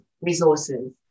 resources